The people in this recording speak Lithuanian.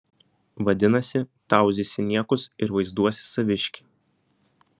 vadinasi tauzysi niekus ir vaizduosi saviškį